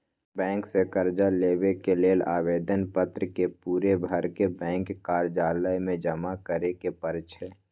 bank से कर्जा लेबे के लेल आवेदन पत्र के पूरे भरके बैंक कर्जालय में जमा करे के परै छै